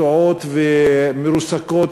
קטועות ומרוסקות,